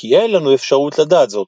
כי אין לנו אפשרות לדעת זאת.